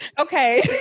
Okay